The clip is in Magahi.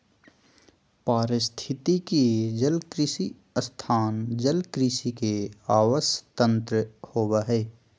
पारिस्थितिकी जलकृषि स्थान जलकृषि के आवास तंत्र होबा हइ